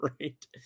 right